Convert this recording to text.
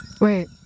Wait